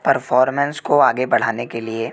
performance को आगे बढ़ाने के लिए